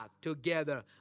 together